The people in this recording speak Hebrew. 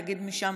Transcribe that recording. תגיד משם,